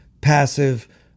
passive